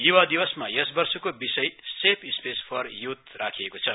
य्वा दिवसमा यसवर्षको विषय सेफ स्पेस फर युथ राखिएको छ